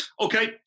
Okay